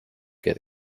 get